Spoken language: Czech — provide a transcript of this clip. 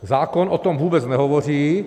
Zákon o tom vůbec nehovoří.